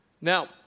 Now